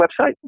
website